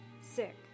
sick